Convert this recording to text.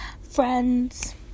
Friends